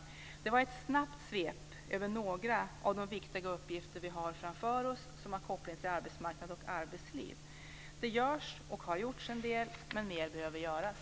Detta var ett snabbt svep över några av de viktiga uppgifter som vi har framför oss och som har en koppling till arbetsmarknad och arbetsliv. Det görs och har gjorts en del, men mer behöver göras.